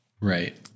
Right